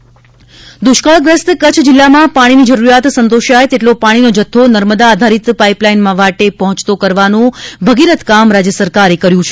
કચ્છ પાણી પ્રરવઠા દુષ્કાળગ્રસ્ત કચ્છ જિલ્લામાં પાણીની જરૂરિયાત સંતોષાય તેટલો પાણીનો જથ્થો નર્મદા આધારિત પાઇપલાઇન વાટે પહોંચતો કરવાનું ભગીરથ કામ રાજ્યસરકારે કર્યું છે